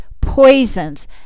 poisons